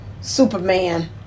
Superman